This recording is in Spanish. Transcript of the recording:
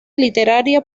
literaria